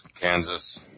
Kansas